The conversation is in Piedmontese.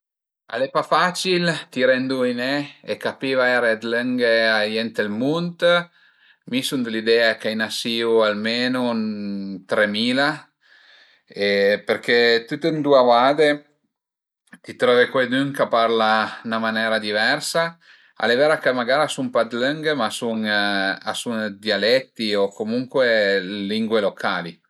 Al e pa facil tiré a induviné e capì vaire lenghe a ie ënt ël mund, mi sun dë l'idea che a i ën siu almenu tremila perché tüt ëndua vade ti tröve cuaidün ch'a parla ën 'na manera diversa, al e vera che magara a sun pa d'lënghe, ma a sun a sun dë dialetti o comuncue lingue locali